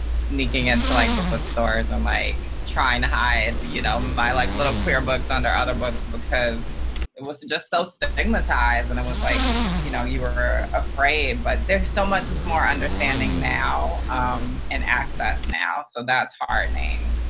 sneaking into like book stores and like trying to hide you know my like little queer books under other books because it was just so stigmatized. and it was like you know you were afraid. but there's so much more understanding now um and access now, so that's heartening.